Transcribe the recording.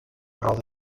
roda